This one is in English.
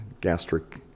gastric